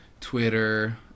Twitter